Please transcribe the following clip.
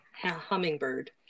hummingbird